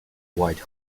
white